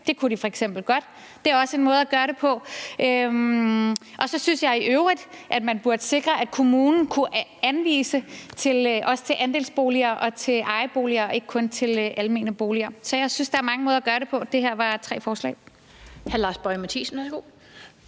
det kunne de f.eks. godt. Det er også en måde at gøre det på. Og så synes jeg i øvrigt, at man burde sikre, at kommunen kunne anvise også til andelsboliger og til ejerboliger, og ikke kun til almene boliger. Så jeg synes, der er mange måder at gøre det på. Det her var tre forslag.